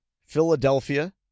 Philadelphia